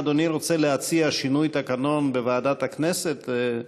אם אדוני רוצה להציע שינוי תקנון בוועדת הכנסת,